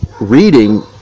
reading